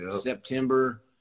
September